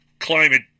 climate